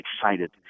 excited